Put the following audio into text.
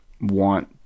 want